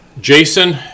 Jason